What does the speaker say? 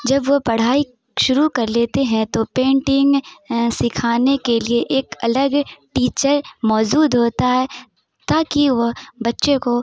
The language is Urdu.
جب وہ پڑھائی شروع کرتے لیتے ہیں تو پینٹنگ سیکھانے کے لیے ایک الگ ٹیچر موجود ہوتا ہے تا کہ وہ بچّے کو